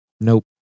Nope